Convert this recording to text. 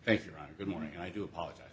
thank you right good morning i do apologize